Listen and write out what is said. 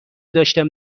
داشتم